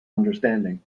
understanding